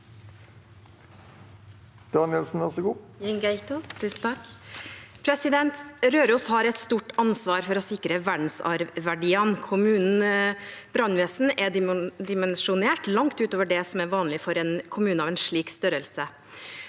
«Røros har et stort ansvar for å sikre verdensarvverdiene. Kommunens brannvesen er dimensjonert langt ut over det som er vanlig for en kommune av en slik størrelse.